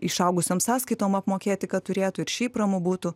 išaugusiom sąskaitom apmokėti kad turėtų ir šiaip ramu būtų